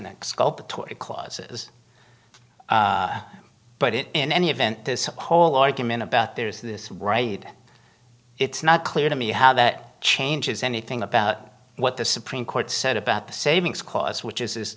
next kulpa toy clauses but it in any event this whole argument about there's this right it's not clear to me how that changes anything about what the supreme court said about the savings cause which is i